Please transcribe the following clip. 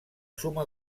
suma